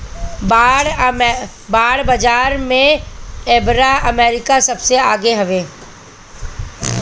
bond बाजार में एबेरा अमेरिका सबसे आगे हवे